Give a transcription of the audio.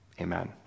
Amen